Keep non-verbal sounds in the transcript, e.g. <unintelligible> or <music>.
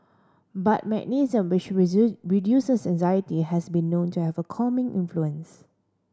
but magnesium <unintelligible> reduces anxiety has been known to have a calming influence